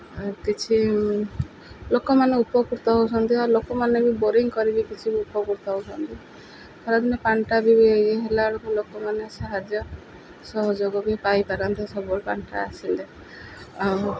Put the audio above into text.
ଆଉ କିଛି ଲୋକମାନେ ଉପକୃତ ହେଉଛନ୍ତି ଆଉ ଲୋକମାନେ ବି ବୋରିଂ କରିବି କିଛି ଉପକୃତ ହେଉଛନ୍ତି ଖରାଦିନେ ପାଣିଟା ବି ହେଲା ବେଳକୁ ଲୋକମାନେ ସାହାଯ୍ୟ ସହଯୋଗ ବି ପାଇପାରନ୍ତେ ସବୁବେଳେ ପାଣିଟା ଆସିଲେ ଆଉ